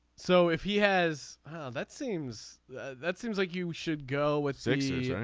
so if he has ah that seems that seems like you should go with six yeah yeah